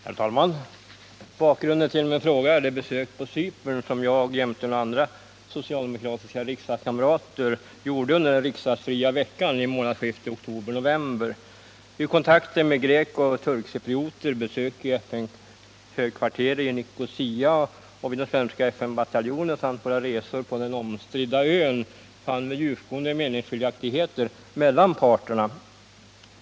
Herr talman! Bakgrunden till min fråga är det besök på Cypern som jag jämte några andra socialdemokratiska riksdagskamrater gjorde under den riksdagsfria veckan i månadsskiftet oktober-november. Vid kontakter med grekoch turkcyprioter, besök i FN:s högkvarter i Nicosia och vid den svenska FN-bataljonen samt våra resor på den omstridda ön fann vi djupgående meningsskiljaktigheter mellan parterna.